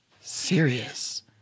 Serious